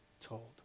told